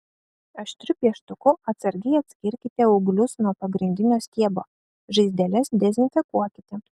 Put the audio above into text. aštriu pieštuku atsargiai atskirkite ūglius nuo pagrindinio stiebo žaizdeles dezinfekuokite